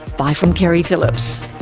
bye from keri phillips